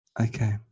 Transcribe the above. Okay